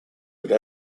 would